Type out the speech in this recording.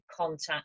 contact